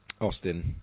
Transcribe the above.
Austin